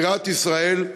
בירת ישראל,